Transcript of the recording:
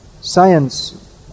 science